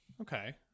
okay